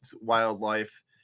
wildlife